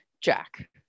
Jack